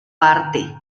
parte